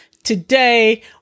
Today